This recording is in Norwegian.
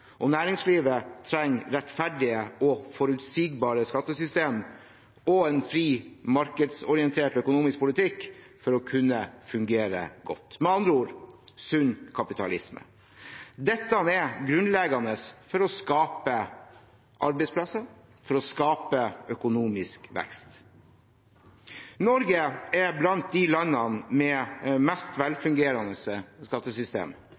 og næringslivet trenger rettferdige og forutsigbare skattesystemer og en fri, markedsorientert økonomisk politikk for å kunne fungere godt. Med andre ord: sunn kapitalisme. Dette er grunnleggende for å skape arbeidsplasser, for å skape økonomisk vekst. Norge er blant de landene med mest